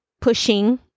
pushing